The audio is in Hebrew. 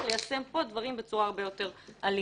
ליישם פה דברים בצורה הרבה יותר הלימה.